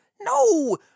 No